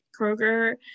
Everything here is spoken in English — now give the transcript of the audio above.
Kroger